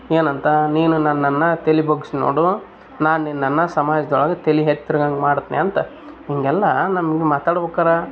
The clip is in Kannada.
ಏನಂತ ನೀನು ನನ್ನನ್ನು ತಲೆ ಬಗ್ಸಿ ನೋಡು ನಾನು ನಿನ್ನನ್ನು ಸಮಾಜ್ದೊಳಗೆ ತಲೆ ಎತ್ತಿ ತಿರುಗೊಂಗ್ ಮಾಡ್ತಿನಂತ ಹಿಂಗೆಲ್ಲಾ ನಮಗ್ ಮಾತಾಡ್ಬೊಕಾರೆ